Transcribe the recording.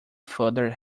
further